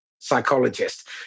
psychologist